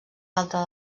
alta